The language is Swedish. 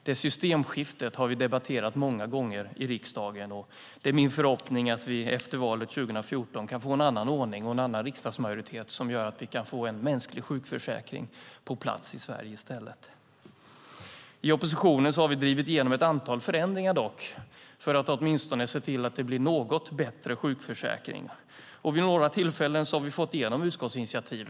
Detta systemskifte har vi debatterat många gånger i riksdagen, och det är min förhoppning att vi efter valet 2014 kan få en annan ordning och en annan riksdagsmajoritet som gör att vi kan få en mänsklig sjukförsäkring på plats i Sverige i stället. I oppositionen har vi dock drivit igenom ett antal förändringar för att åtminstone se till att det blir något bättre sjukförsäkring. Vid några tillfällen har vi fått igenom utskottsinitiativ.